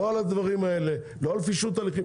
לא פישוט תהליכים.